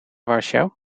warschau